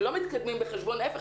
הם לא מתקדמים בחשבון להפך,